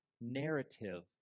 narrative